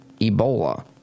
Ebola